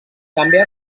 també